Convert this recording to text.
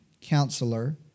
Counselor